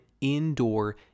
indoor